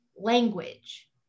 language